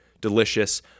delicious